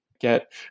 Get